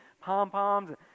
pom-poms